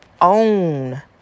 own